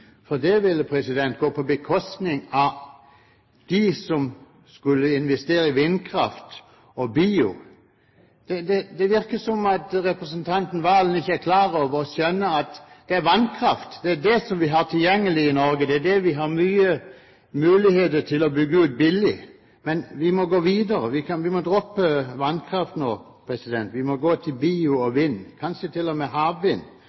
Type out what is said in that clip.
for det ville gå på bekostning av dem som skulle investere i vindkraft og bio. Det virker som om representanten Serigstad Valen ikke skjønner at det gjelder vannkraft. Det er det vi har tilgjengelig i Norge. Det er det vi har mange muligheter til å bygge ut billig. Men vi må gå videre. Vi må droppe vannkraft nå, vi må gå til bio og vind – kanskje til og med havvind